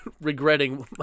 regretting